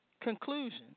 conclusion